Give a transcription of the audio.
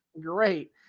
Great